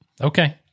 Okay